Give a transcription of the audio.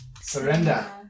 Surrender